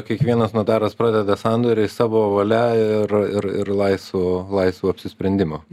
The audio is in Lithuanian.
kiekvienas notaras pradeda sandorį savo valia ir ir ir laisvu laisvu apsisprendimu